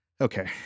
okay